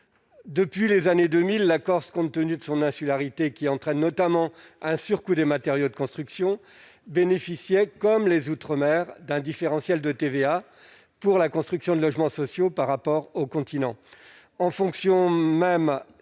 Depuis les années 2000, la Corse, compte tenu de son insularité qui entraîne, notamment, un surcoût des matériaux de construction, bénéficiait, comme les outre-mer, d'un différentiel de taux de TVA pour la construction de logements sociaux par rapport au continent.